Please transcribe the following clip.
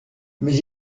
mais